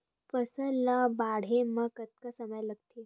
फसल ला बाढ़े मा कतना समय लगथे?